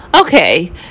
Okay